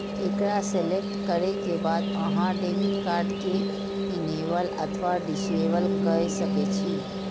एकरा सेलेक्ट करै के बाद अहां डेबिट कार्ड कें इनेबल अथवा डिसेबल कए सकै छी